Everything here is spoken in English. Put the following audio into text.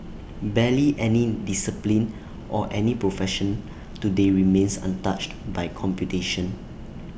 barely any discipline or any profession today remains untouched by computation